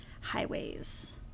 highways